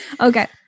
Okay